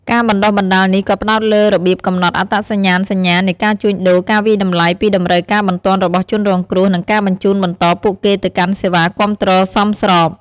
ការបណ្តុះបណ្តាលនេះក៏ផ្តោតលើរបៀបកំណត់អត្តសញ្ញាណសញ្ញានៃការជួញដូរ ការវាយតម្លៃពីតម្រូវការបន្ទាន់របស់ជនរងគ្រោះ និងការបញ្ជូនបន្តពួកគេទៅកាន់សេវាគាំទ្រសមស្រប។